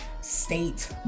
state